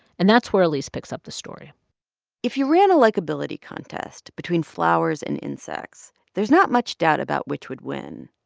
and that's where alix picks up the story if you ran a likability contest between flowers and insects, there's not much doubt about which would win.